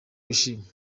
bishimye